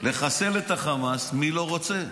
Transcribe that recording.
לחסל את החמאס, מי לא רוצה?